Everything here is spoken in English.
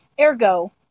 Ergo